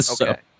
Okay